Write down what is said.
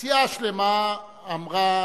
סיעה שלמה אמרה